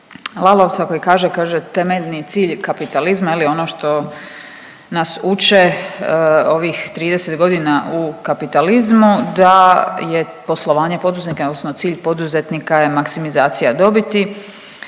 Lalovca koji kaže, kaže temeljni cilj kapitalizma ono što nas uče ovih 30 godina u kapitalizmu da je poslovanje poduzetnika odnosno cilj poduzetnika je maksimizacija dobiti,